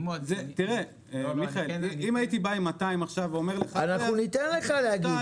אם הייתי בא עכשיו עם 200 ואומר לך --- ניתן לך להגיד